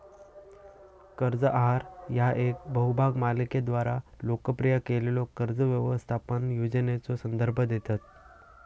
कर्ज आहार ह्या येका बहुभाग मालिकेद्वारा लोकप्रिय केलेल्यो कर्ज व्यवस्थापन योजनेचो संदर्भ देतत